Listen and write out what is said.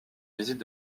visite